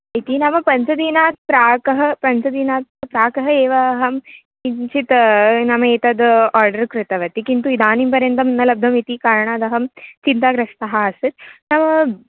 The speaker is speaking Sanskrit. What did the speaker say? इति नाम पञ्चदिनात् प्राकः पञ्चदिनात् प्राकः एव अहं किञ्चित् नाम एतद् आर्डर् कृतवती किन्तु इदानीं पर्यन्तं न लब्धम् इति कारणादहं चिन्ताग्रस्तः आसीत् नाम